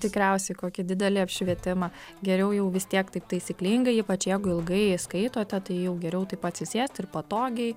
tikriausiai kokį didelį apšvietimą geriau jau vis tiek taip taisyklingai ypač jeigu ilgai skaitote tai jau geriau taip atsisėst ir patogiai